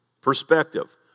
Perspective